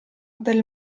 del